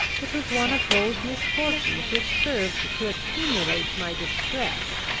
it was one of those misfortunes which served to accumulate my distress,